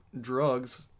drugs